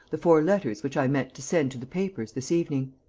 the four letters which i meant to send to the papers this evening.